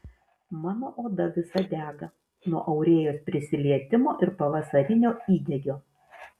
mano oda visa dega nuo aurėjos prisilietimo ir pavasarinio įdegio